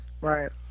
right